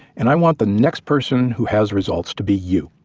and i want the next person who has results to be you,